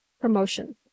promotion